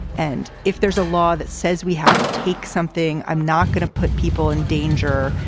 and if there's a law that says we have to take something, i'm not going to put people in danger,